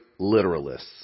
literalists